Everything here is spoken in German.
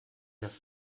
das